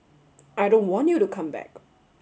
I don't want you to come back